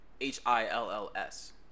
H-I-L-L-S